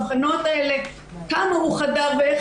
האבחנות האלה של כמה הוא חדר ואיך,